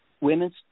women's